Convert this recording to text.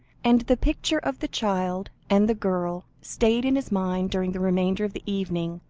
and the picture of the child and the girl stayed in his mind during the remainder of the evening,